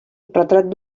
retrat